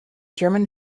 german